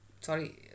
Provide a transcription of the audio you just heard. sorry